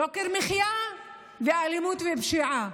יוקר המחיה ואלימות ופשיעה.